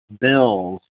bills